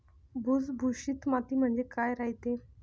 भुसभुशीत माती म्हणजे काय रायते?